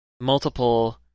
multiple